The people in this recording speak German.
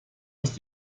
ist